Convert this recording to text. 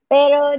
Pero